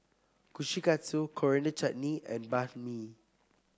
Kushikatsu Coriander Chutney and Banh Mi